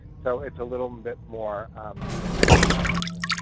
so it's a little bit more encompassing.